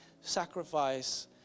sacrifice